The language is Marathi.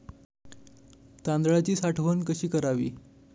तांदळाची साठवण कशी करावी?